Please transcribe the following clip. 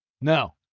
No